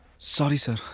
sorry, sir.